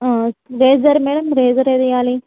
eraser madam eraser ఏది ఇవ్వాలి